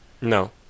no